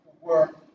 work